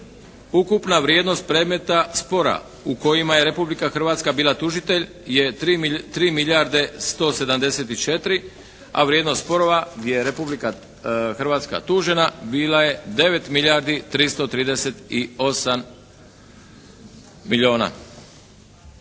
Ukupna vrijednost predmeta spora u kojima je Republika Hrvatska bila tužitelj je 3 milijarde 174. a vrijednost sporova gdje je Republika Hrvatska tužena bila je 9 milijardi 338 milijuna.